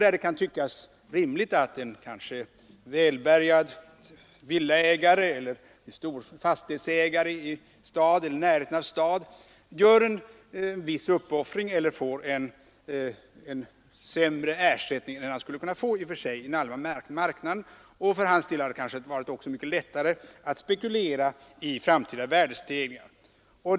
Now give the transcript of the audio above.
Där kan det tyckas rimligt att en välbärgad villaägare eller en fastighetsägare i en stad eller i närheten av en stad gör en viss uppoffring eller får en sämre ersättning än han i och för sig skulle kunna få i den allmänna marknaden. För hans del har det kanske också varit mycket lättare att spekulera i framtida värdestegringar.